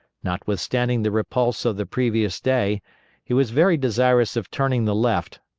notwithstanding the repulse of the previous day he was very desirous of turning the left,